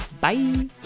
bye